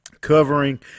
covering